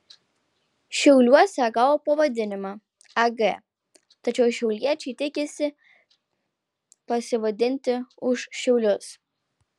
šiauliuose gavo pavadinimą ag tačiau šiauliečiai tikisi pasivadinti už šiaulius